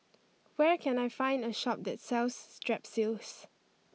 where can I find a shop that sells Strepsils